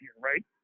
right